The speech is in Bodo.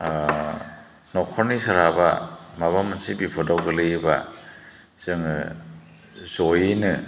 न'खरनि सोरहाबा माबा मोनसे बिफदआव गोग्लैयोबा जोङो जयैनो